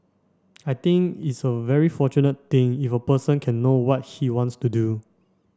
I think it's a very fortunate thing if a person can know what he wants to do